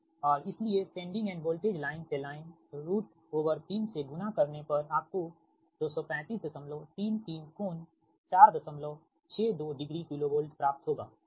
और इसलिएसेंडिंग end voltage line से लाइन 3 से गुणा करने पर आपको 23533 कोण 462 डिग्री KV प्राप्त होगा ठीक